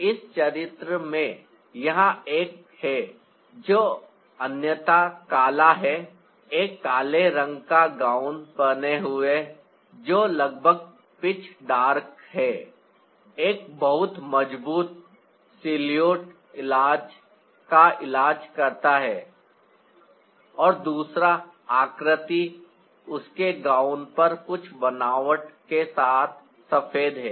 तो इस चरित्र में यहाँ एक है जो अन्यथा काला है एक काले रंग का गाउन पहने हुए जो लगभग पिच डार्क है एक मजबूत मजबूत सिल्हूट का इलाज करता है और दूसरा आकृति उसके गाउन पर कुछ बनावट के साथ सफेद है